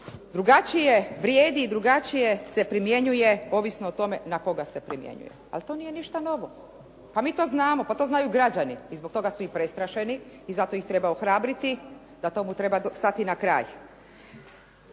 drugačije vrijedi, drugačije se primjenjuje ovisno o tome na koga se primjenjuje. Ali to nije ništa novo, pa mi to znamo, pa to znaju i građani i zbog toga su i prestrašeni i zato ih treba ohrabriti da tomu treba stati na kraj.